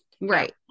right